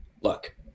look